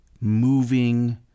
moving